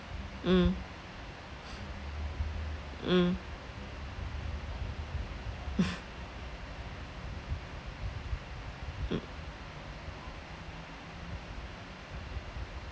mm mm mm